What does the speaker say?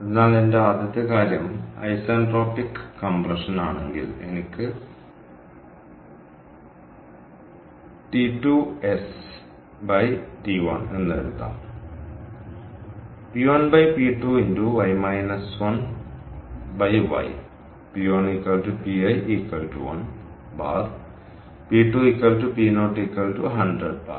അതിനാൽ എന്റെ ആദ്യത്തെ കാര്യം ഐസെൻട്രോപിക് കംപ്രഷൻ ആണെങ്കിൽ എനിക്ക് T2sT1 എന്ന് എഴുതാം P1P2γ 1γ P1 Pi 1 bar P2 P0 100 bar